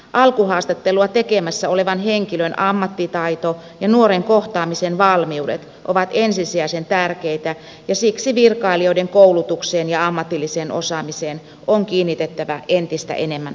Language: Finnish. alkuhaastattelua tekemässä olevan henkilön ammattitaito ja nuoren kohtaamisen valmiudet ovat ensisijaisen tärkeitä ja siksi virkailijoiden koulutukseen ja ammatilliseen osaamiseen on kiinnitettävä entistä enemmän huomiota